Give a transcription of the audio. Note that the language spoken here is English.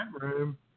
room